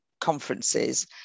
conferences